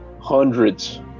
hundreds